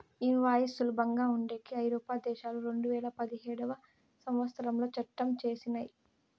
invoice సులభంగా ఉండేకి ఐరోపా దేశాలు రెండువేల పదిహేడవ సంవచ్చరంలో చట్టం చేసినయ్